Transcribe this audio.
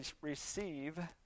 receive